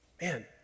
Man